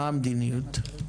מה המדיניות?